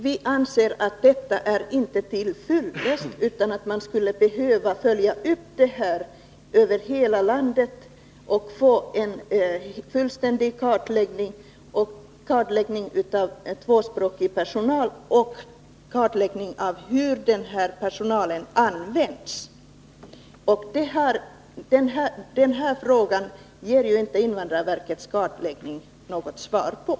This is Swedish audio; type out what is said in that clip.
Vi anser inte att detta är till fyllest utan att man skulle behöva följa upp denna kartläggning över hela landet när det gäller tvåspråkig personal och samtidigt få en kartläggning av hur denna personal används. Den frågan ger ju inte invandrarverkets kartläggning något svar på.